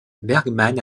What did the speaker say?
bergman